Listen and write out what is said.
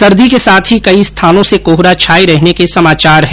सर्दी के साथ ही कई स्थानों से कोहरा छाये रहने के समाचार है